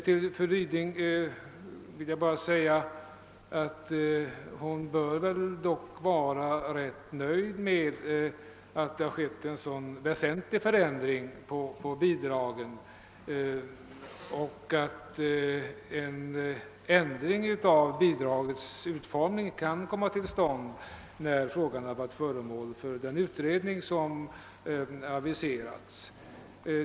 Till fru Ryding vill jag bara säga, att hon väl ändå bör vara rätt nöjd med att det skett en så väsentlig förändring av bidragen och att en ändring av bidragens utformning kan komma till stånd när frågan varit föremål för den utredning som aviserats.